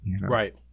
right